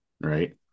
right